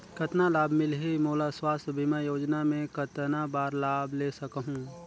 कतना लाभ मिलही मोला? स्वास्थ बीमा योजना मे कतना बार लाभ ले सकहूँ?